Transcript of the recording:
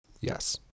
Yes